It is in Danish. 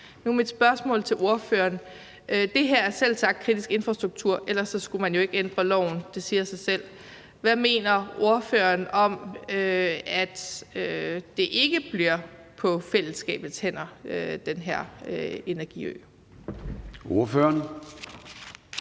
er mit spørgsmål til ordføreren: Det her er selvsagt kritisk infrastruktur, for ellers skulle man jo ikke ændre loven – det siger sig selv – så hvad mener ordføreren om, at den her energiø ikke bliver på fællesskabets hænder? Kl. 11:10 Formanden (Søren